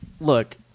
look